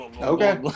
Okay